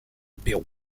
pérou